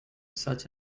such